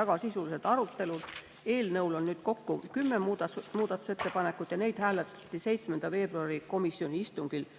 väga sisulised arutelud. Eelnõu kohta on esitatud kokku kümme muudatusettepanekut ja neid hääletati 7. veebruari komisjoni istungil.